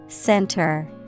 Center